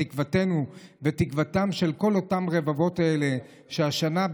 תקוותנו ותקוותם של כל אותם הרבבות האלה שהשנה,